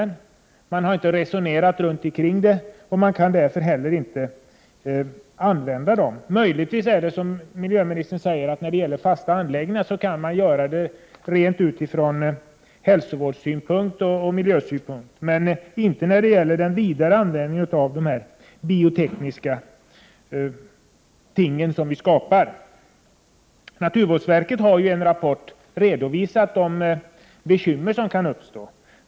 Lagstiftarna har inte resonerat om problemen, och lagarna kan därför inte heller tillämpas på dem. Möjligtvis är det så som miljöministern säger, nämligen att när det gäller fasta anläggningar kan man tillämpa lagarna utifrån hälsovårdsoch miljösynpunkter, men inte när det gäller den vidare användningen av de biotekniska ting som vi skapar. Naturvårdsverket har i en rapport redovisat de bekymmer som kan uppstå.